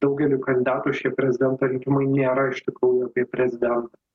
daugeliui kandidatų šie prezidento rinkimai nėra iš tikrųjų kaip prezidento